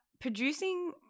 Producing